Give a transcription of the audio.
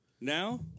Now